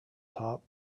top